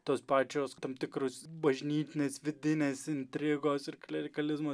tos pačios tam tikros bažnytinės vidinės intrigos ir klerikalizmas